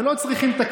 די.